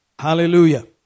Hallelujah